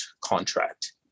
contract